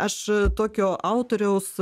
aš tokio autoriaus